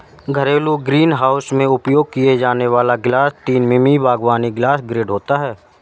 घरेलू ग्रीनहाउस में उपयोग किया जाने वाला ग्लास तीन मिमी बागवानी ग्लास ग्रेड होता है